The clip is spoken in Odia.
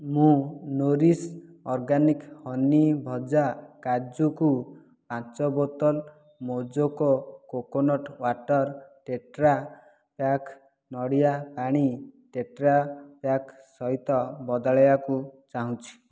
ମୁଁ ନୋରିଶ ଅର୍ଗାନିକ୍ ହନି ଭଜା କାଜୁକୁ ପାଞ୍ଚ ବୋତଲ Mojoco coconut water tetra pack ନଡ଼ିଆ ପାଣି ଟେଟ୍ରା ପ୍ୟାକ୍ ସହିତ ବଦଳାଇବାକୁ ଚାହୁଁଛି